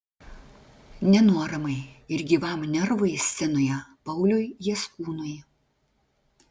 nenuoramai ir gyvam nervui scenoje pauliui jaskūnui